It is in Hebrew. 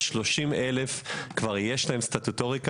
ל-30 אלף יש כבר סטטוטוריקה,